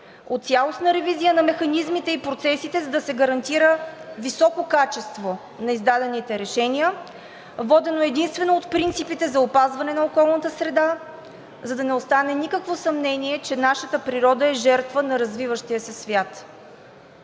от цялостна ревизия на механизмите и процесите, за да се гарантира високо качество на издадените решения, водено единствено от принципите за опазване на околната среда, за да не остане никакво съмнение, че нашата природа е жертва на развиващия се свят.